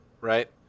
Right